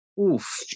Oof